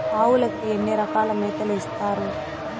ఆవులకి ఎన్ని రకాల మేతలు ఇస్తారు?